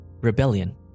Rebellion